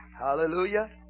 Hallelujah